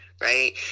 right